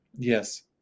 Yes